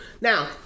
now